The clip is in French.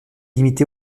limitée